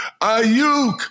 Ayuk